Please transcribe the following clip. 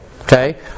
Okay